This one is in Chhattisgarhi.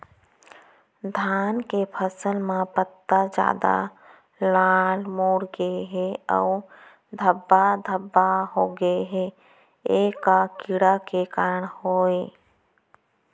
धान के फसल म पत्ता सादा, लाल, मुड़ गे हे अऊ धब्बा धब्बा होगे हे, ए का कीड़ा के कारण होय हे?